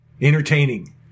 Entertaining